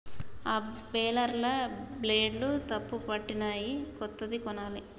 ఆ బేలర్ల బ్లేడ్లు తుప్పుపట్టినయ్, కొత్తది కొనాలి